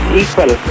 equal